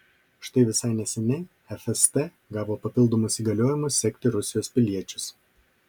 štai visai neseniai fst gavo papildomus įgaliojimus sekti rusijos piliečius